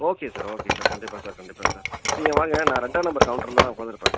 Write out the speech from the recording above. okay sir okay sir கண்டிப்பாக sir கண்டிப்பாக sir நீங்கள் வாங்க நான் ரெண்டாம் நம்பர் கௌண்ட்ரில் தான் உட்காந்துருப்பேன்